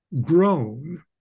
grown